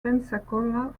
pensacola